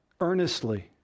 earnestly